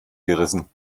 gerissen